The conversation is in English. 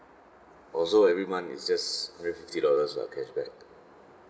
oh so every month is just hundred and fifty dollars lah cashback